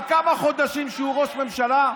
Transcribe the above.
על כמה חודשים שהוא ראש ממשלה.